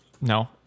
No